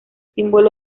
símbolo